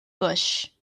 bush